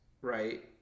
right